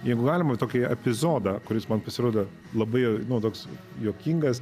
jeigu galima tokį epizodą kuris man pasirodė labai nu toks juokingas